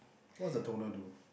what the toner do